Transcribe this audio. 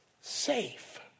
safe